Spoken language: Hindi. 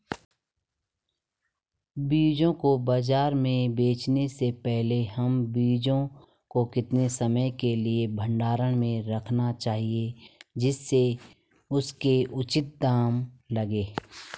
बीजों को बाज़ार में बेचने से पहले हमें बीजों को कितने समय के लिए भंडारण में रखना चाहिए जिससे उसके उचित दाम लगें?